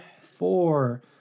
four